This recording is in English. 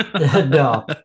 No